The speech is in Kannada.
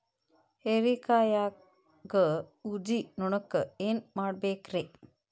ಹೇರಿಕಾಯಾಗ ಊಜಿ ನೋಣಕ್ಕ ಏನ್ ಮಾಡಬೇಕ್ರೇ?